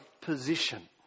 position